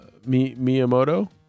Miyamoto